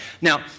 Now